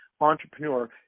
entrepreneur